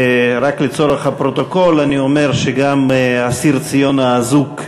רק לצורך הפרוטוקול אני אומר שגם אסיר ציון האזוק,